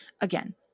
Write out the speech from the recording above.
Again